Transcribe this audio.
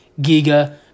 Giga